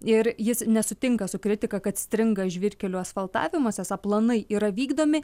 ir jis nesutinka su kritika kad stringa žvyrkelių asfaltavimas esą planai yra vykdomi